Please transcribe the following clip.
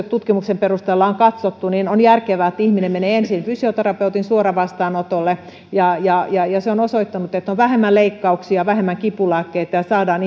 tutkimuksen perusteella on katsottu että on järkevää että niissä asioissa ihminen menee ensin fysioterapeutin suoravastaanotolle ja ja se on osoittanut että on vähemmän leikkauksia vähemmän kipulääkkeitä ja saadaan